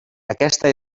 aquesta